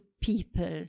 people